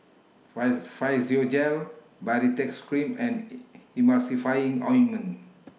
Physiogel Baritex Cream and Ointment